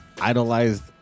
idolized